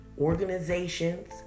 organizations